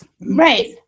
Right